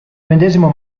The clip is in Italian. medesimo